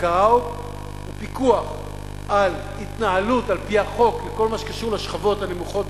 בקרה ופיקוח על התנהלות על-פי החוק בכל מה שקשור לשכבות הנמוכות,